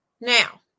Now